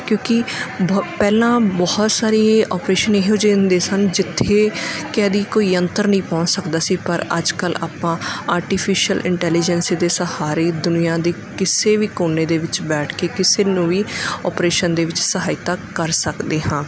ਕਿਉਂਕਿ ਬੋ ਪਹਿਲਾਂ ਬਹੁਤ ਸਾਰੀ ਓਪਰੇਸ਼ਨ ਇਹੋ ਜਿਹੇ ਹੁੰਦੇ ਸਨ ਜਿੱਥੇ ਕਹਿ ਦੀ ਕੋਈ ਯੰਤਰ ਨਹੀਂ ਪਹੁੰਚ ਸਕਦਾ ਸੀ ਪਰ ਅੱਜ ਕੱਲ੍ਹ ਆਪਾਂ ਆਰਟੀਫਿਸ਼ਲ ਇੰਟੈਲੀਜੈਂਸੀ ਦੇ ਸਹਾਰੇ ਦੁਨੀਆਂ ਦੇ ਕਿਸੇ ਵੀ ਕੋਨੇ ਦੇ ਵਿੱਚ ਬੈਠ ਕੇ ਕਿਸੇ ਨੂੰ ਵੀ ਓਪਰੇਸ਼ਨ ਦੇ ਵਿੱਚ ਸਹਾਇਤਾ ਕਰ ਸਕਦੇ ਹਾਂ